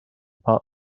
part